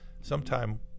sometime